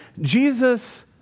Jesus